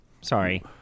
Sorry